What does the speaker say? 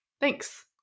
Thanks